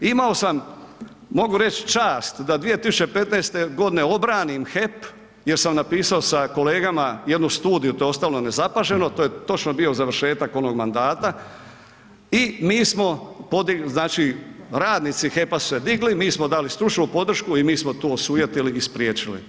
Imao sam mogu reć čast da 2015. godine obranim HEP jer sam napisao sa kolegama jednu studiju, to je ostalo nezapaženo, to je točno bio završetak onog mandata i radnici HEP-a su se digli, mi smo dali stručnu podršku i mi smo to osujetili i spriječili.